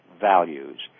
values